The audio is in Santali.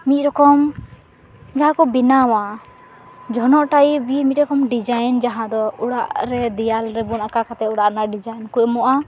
ᱢᱤᱫ ᱨᱚᱠᱚᱢ ᱡᱟᱦᱟᱸ ᱠᱚ ᱵᱮᱱᱟᱣᱟ ᱡᱷᱚᱱᱚᱜ ᱴᱟᱭᱤᱵ ᱜᱮ ᱢᱤᱫ ᱨᱚᱠᱚᱢ ᱰᱤᱡᱟᱭᱤᱱ ᱡᱟᱦᱟᱸ ᱫᱚ ᱚᱲᱟᱜ ᱨᱮ ᱫᱮᱭᱟᱞ ᱨᱮᱵᱚᱱ ᱟᱠᱟ ᱠᱟᱛᱮᱫ ᱚᱲᱟᱜ ᱨᱮᱱᱟᱜ ᱰᱤᱡᱟᱭᱤᱱ ᱠᱚ ᱮᱢᱚᱜᱼᱟ